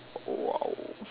!whoa!